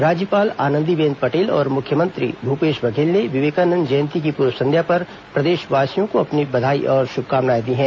राज्यपाल आनंदीबेन पटेल और मुख्यमंत्री भूपेश बघेल ने विवेकानंद जयंती की पूर्व संध्या पर प्रदेशवासियों को अपनी बधाई और शुभकामनाएं दी हैं